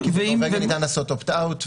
בנורבגיה ניתן לעשות opt-out,